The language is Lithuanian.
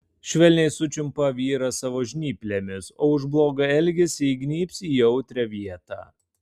švelniai sučiumpa vyrą savo žnyplėmis o už blogą elgesį įgnybs į jautrią vietą